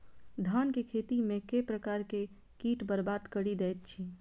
धान केँ खेती मे केँ प्रकार केँ कीट बरबाद कड़ी दैत अछि?